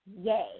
yay